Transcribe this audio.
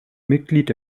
mitglied